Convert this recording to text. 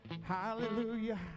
hallelujah